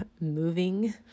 moving